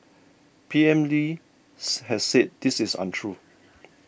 P M Lee has said this is untrue